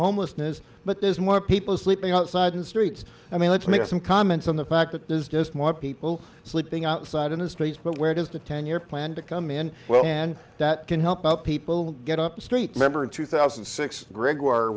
homelessness but there's more people sleeping outside in streets i mean let's make some comments on the fact that there's just more people sleeping outside in the streets but where does the ten year plan to come in well and that can help out people get up the street remember in two thousand and six greg